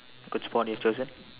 good sport you have chosen